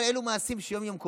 אבל אלו מעשים שקורים יום-יום.